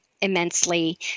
immensely